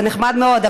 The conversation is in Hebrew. זה נחמד מאוד,